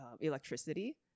Electricity